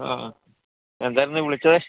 ആ എന്തായിരുന്നു വിളിച്ചത്